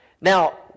Now